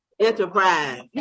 Enterprise